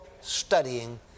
studying